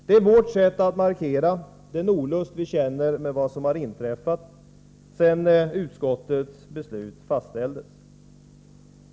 Det är vårt sätt att markera den olust vi känner med vad som har inträffat sedan utskottets beslut fastställdes.